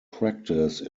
practice